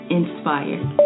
inspired